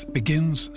begins